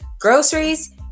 groceries